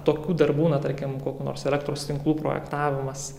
tokių darbų na tarkim kokių nors elektros tinklų projektavimas